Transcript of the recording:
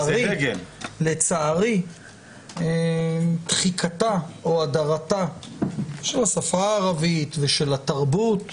לצערי דחיקתה או הדרתה של השפה הערבית ושל התרבות